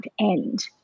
end